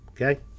okay